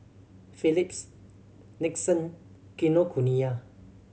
Phillips Nixon Kinokuniya